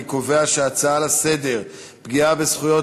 אני קובע שההצעה לסדר-היום בנושא פגיעה בזכויות